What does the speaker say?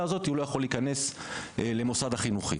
הזאת הוא לא יכול להיכנס למוסד החינוכי.